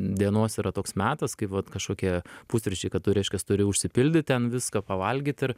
dienos yra toks metas kai vat kažkokie pusryčiai kad tu reiškias turi užsipildyt ten viską pavalgyt ir